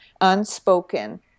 unspoken